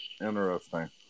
interesting